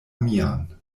mian